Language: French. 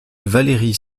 valérie